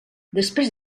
després